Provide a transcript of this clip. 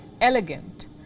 elegant